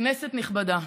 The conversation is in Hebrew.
כנסת נכבדה,